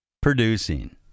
producing